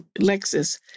Lexus